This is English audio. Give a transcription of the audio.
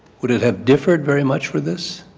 would it have differed very much for this?